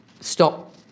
stop